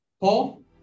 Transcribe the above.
Paul